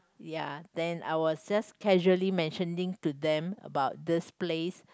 ya then I was just casually mentioning to them about this place